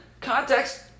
context